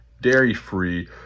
dairy-free